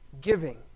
giving